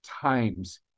times